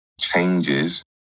changes